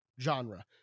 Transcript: genre